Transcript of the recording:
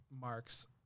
marks